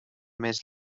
més